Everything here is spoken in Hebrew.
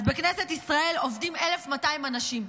בכנסת ישראל עובדים 1,200 אנשים.